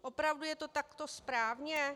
Opravdu je to takto správně?